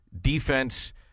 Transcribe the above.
Defense –